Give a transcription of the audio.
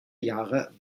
jahre